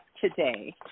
today